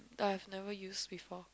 but I've never use before